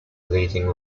leading